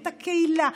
את הקהילה,